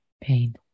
pain